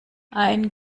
ein